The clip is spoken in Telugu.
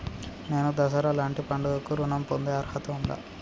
నేను దసరా లాంటి పండుగ కు ఋణం పొందే అర్హత ఉందా?